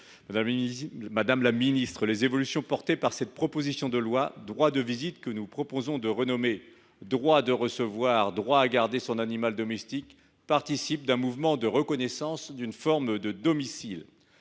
Daniel Salmon. Les évolutions prévues dans la présente proposition de loi – le droit de visite, que nous proposons de renommer « droit de recevoir et droit à garder son animal domestique »– participent d’un mouvement de reconnaissance d’une forme de domicile.